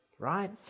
right